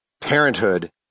parenthood